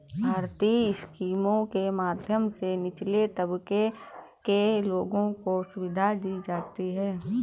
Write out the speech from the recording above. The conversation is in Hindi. भारतीय स्कीमों के माध्यम से निचले तबके के लोगों को सुविधा दी जाती है